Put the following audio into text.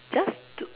just to